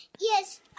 Yes